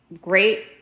great